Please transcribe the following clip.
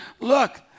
look